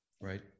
right